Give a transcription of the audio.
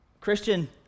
Christian